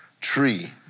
tree